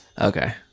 Okay